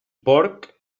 porc